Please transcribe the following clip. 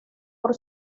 por